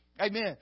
Amen